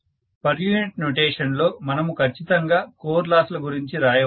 per unit notation లో మనము ఖచ్చితం గా కోర్ లాస్ ల గురించి రాయవచ్చు